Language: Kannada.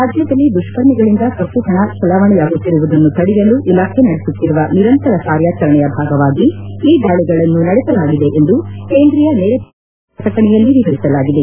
ರಾಜ್ಯದಲ್ಲಿ ದುಷ್ತರ್ಮಿಗಳಿಂದ ಕಪ್ಪು ಹಣ ಚಲಾವಣೆಯಾಗುತ್ತಿರುವುದನ್ನು ತಡೆಯಲು ಇಲಾಖೆ ನಡೆಸುತ್ತಿರುವ ನಿರಂತರ ಕಾರ್ಯಾಚರಣೆಯ ಭಾಗವಾಗಿ ಈ ದಾಳಗಳನ್ನು ನಡೆಸಲಾಗಿದೆ ಎಂದು ಕೇಂದ್ರೀಯ ನೇರ ತೆರಿಗೆ ಮಂಡಳಿಯ ಅಧಿಕೃತ ಪ್ರಕಟಣೆಯಲ್ಲಿ ವಿವರಿಸಲಾಗಿದೆ